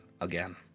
again